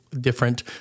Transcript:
different